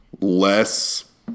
less